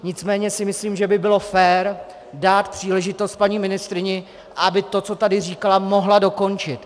Nicméně si myslím, že by bylo fér dát příležitost paní ministryni, aby to, co tady říkala, mohla dokončit.